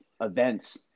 events